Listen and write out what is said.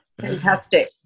Fantastic